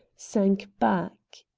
sank back.